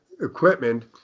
equipment